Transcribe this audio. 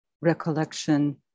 recollection